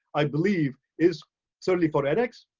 i believe, is certainly for edx,